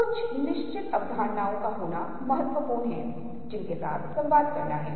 मुझे एक गिलास पानी दिखाई देता है कोई कहता है कि मैं जो देखता हूं वह आशा का प्रतीक है